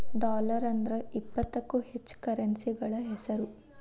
dollar ಅಂದ್ರ ಇಪ್ಪತ್ತಕ್ಕೂ ಹೆಚ್ಚ ಕರೆನ್ಸಿಗಳ ಹೆಸ್ರು